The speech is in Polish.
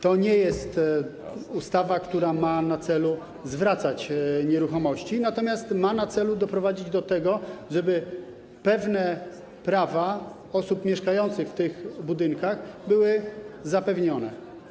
To nie jest ustawa, która ma na celu zwracać nieruchomości, natomiast ma na celu doprowadzić do tego, żeby pewne prawa osób mieszkających w tych budynkach były zapewnione.